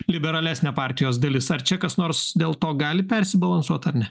liberalesnė partijos dalis ar čia kas nors dėl to gali persibalansuot ar ne